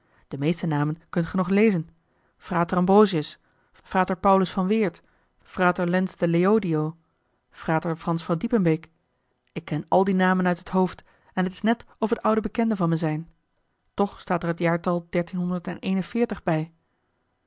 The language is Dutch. de meeste namen kunt ge nog lezen frater ambrosius fr paulus van weert frater lens de leodio fr frans van diepenbeek ik ken al die namen uit het hoofd en t is net of het oude bekenden van me zijn toch staat er het jaartal bij